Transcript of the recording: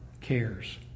cares